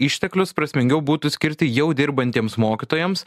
išteklius prasmingiau būtų skirti jau dirbantiems mokytojams